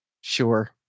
Sure